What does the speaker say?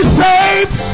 saved